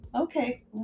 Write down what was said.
Okay